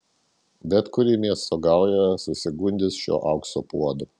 bet kuri miesto gauja susigundys šiuo aukso puodu